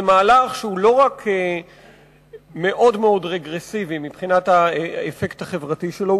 זה מהלך שהוא לא רק מאוד רגרסיבי מבחינת האפקט החברתי שלו,